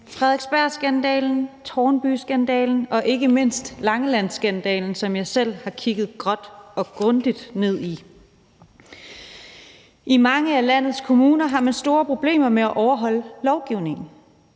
Frederiksbergskandalen, Tårnbyskandalen og ikke mindst Langelandskandalen, som jeg selv har kigget godt og grundigt ned i. I mange af landets kommuner har man store problemer med at overholde lovgivningen.